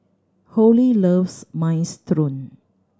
Holli loves Minestrone